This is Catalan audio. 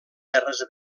terres